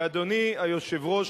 ואדוני היושב-ראש,